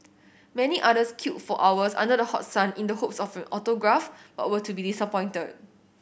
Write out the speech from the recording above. many others queued for hours under the hot sun in the hopes of an autograph but were to be disappointed